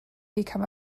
become